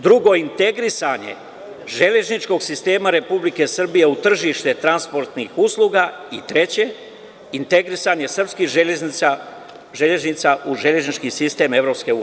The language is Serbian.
Drugo, integrisanje železničkog sistema Republike Srbije u tržište transportnih usluga i treće, integrisanje srpskih železnica u železnički sistem EU.